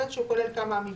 ובין שהוא כולל כמה מבנים.